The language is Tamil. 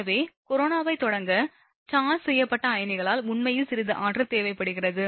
எனவே கொரோனாவைத் தொடங்க சார்ஜ் செய்யப்பட்ட அயனிகளால் உண்மையில் சிறிது ஆற்றல் தேவைப்படுகிறது